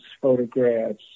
photographs